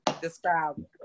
describe